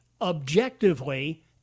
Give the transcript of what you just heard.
objectively